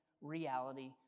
reality